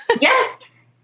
Yes